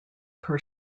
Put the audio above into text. per